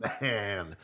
man